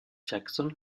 jackson